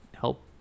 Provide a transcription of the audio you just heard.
help